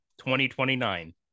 2029